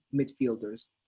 midfielders